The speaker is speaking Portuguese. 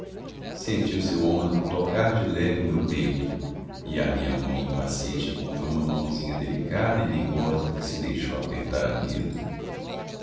senti o seu ombro tocar de leve o meu peito e a minha mão impaciente encontrou uma mãozinha delicada e mimosa que se deixou apertar a medo